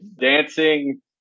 Dancing